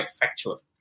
factual